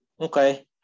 Okay